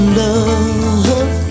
love